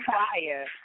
fire